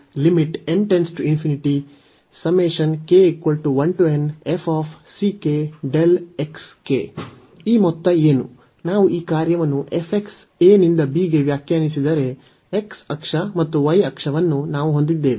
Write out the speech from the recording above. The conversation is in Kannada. ಈ ಮೊತ್ತ ಏನು ನಾವು ಈ ಕಾರ್ಯವನ್ನು f ಅನ್ನು a ನಿಂದ b ಗೆ ವ್ಯಾಖ್ಯಾನಿಸಿದರೆ x ಅಕ್ಷ ಮತ್ತು y ಅಕ್ಷವನ್ನು ನಾವು ಹೊಂದಿದ್ದೇವೆ